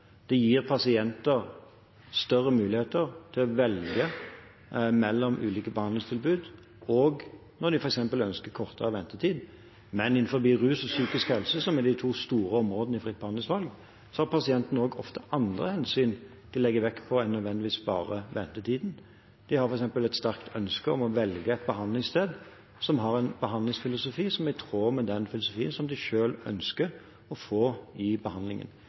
Det gir pasientene større muligheter til å velge mellom ulike behandlingstilbud, også når de ønsker f.eks. kortere ventetid. Men innenfor rus og psykisk helse, som er de to store områdene innenfor fritt behandlingsvalg, er det ofte andre hensyn som pasientene legger vekt på, enn nødvendigvis bare ventetiden. De har f.eks. et sterkt ønske om å velge et behandlingssted som har en behandlingsfilosofi som er i tråd med det de selv ønsker å få.